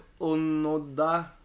Onoda